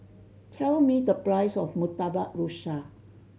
tell me the price of Murtabak Rusa